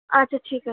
আচ্ছা ঠিক আছে